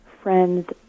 friends